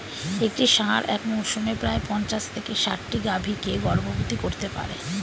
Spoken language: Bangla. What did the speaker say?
একটি ষাঁড় এক মরসুমে প্রায় পঞ্চাশ থেকে ষাটটি গাভী কে গর্ভবতী করতে পারে